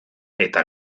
eta